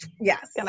Yes